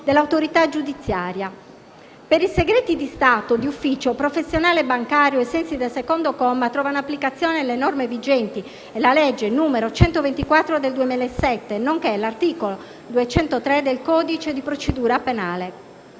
Per i segreti di Stato, di ufficio, professionale e bancario, ai sensi del comma 2 trovano applicazione le norme vigenti e la legge 3 agosto 2007, n. 124, nonché l'articolo 203 del codice di procedura penale.